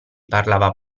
parlava